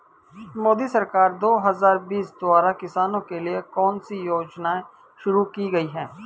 मोदी सरकार दो हज़ार बीस द्वारा किसानों के लिए कौन सी योजनाएं शुरू की गई हैं?